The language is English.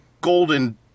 golden